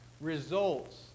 results